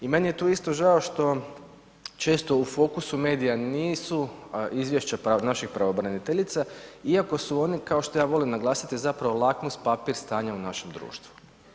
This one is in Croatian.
I meni je tu isto žao što često u fokusu medija nisu izvješća naših pravobraniteljica iako su one, kao što ja volim naglasiti zapravo lakmus papir stanja u našem društvu.